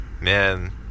Man